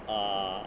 err